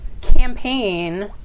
campaign